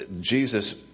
Jesus